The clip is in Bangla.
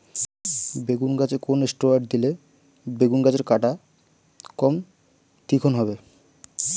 বেগুন গাছে কোন ষ্টেরয়েড দিলে বেগু গাছের কাঁটা কম তীক্ষ্ন হবে?